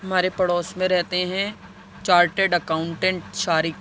ہمارے پڑوس میں رہتے ہیں چارٹیڈ اکاؤنٹینٹ شارق